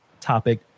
topic